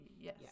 Yes